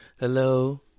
Hello